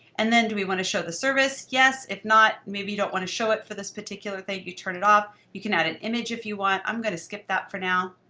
and then do we want to show the service? yes, if not. maybe you don't want to show up for this particular thing. you turn it off. you can add an image if you want. i'm going to skip that for now